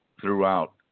throughout